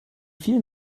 vielen